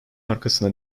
arkasında